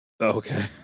Okay